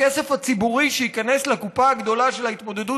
הכסף הציבורי שייכנס לקופה הגדולה של ההתמודדות